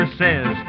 says